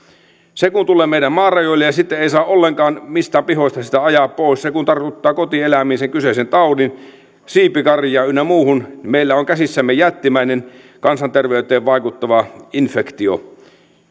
se kun tulee meidän maarajoillemme ja sitten ei saa ollenkaan mistään pihoista sitä ajaa pois se kun tartuttaa kotieläimiin sen kyseisen taudin siipikarjaan ynnä muuhun niin meillä on käsissämme jättimäinen kansanterveyteen vaikuttava infektio